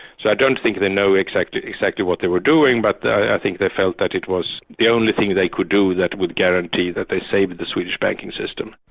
so i don't think they know exactly exactly what they were doing, but i think they felt that it was the only thing they could do that would guarantee that they saved the swedish banking system.